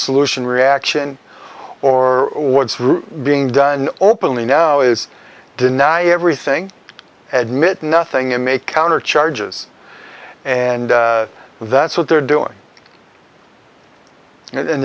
solution reaction or being done openly now is deny everything at mit nothing and make counter charges and that's what they're doing and